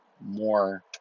more